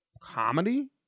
comedy